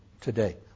today